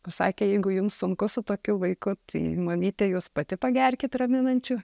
pasakė jeigu jums sunku su tokiu vaiku tai mamyte jūs pati pagerkit raminančios